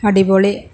അടിപൊളി